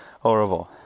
horrible